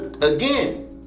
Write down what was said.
again